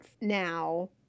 now